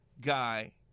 guy